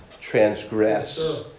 transgress